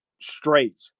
straight